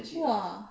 !wah!